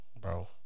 Bro